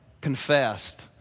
confessed